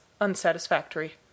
unsatisfactory